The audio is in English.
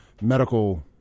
medical